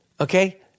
Okay